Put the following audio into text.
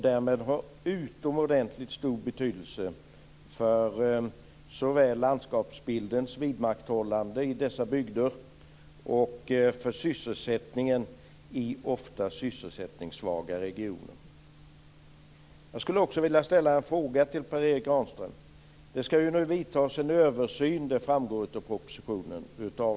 Därmed har de utomordentligt stor betydelse för såväl landskapsbildens vidmakthållande i dessa bygder som för sysselsättningen i ofta sysselsättningssvaga regioner. Granström. Det ska nu göras en översyn av reglerna, vilket framgår av propositionen.